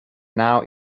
now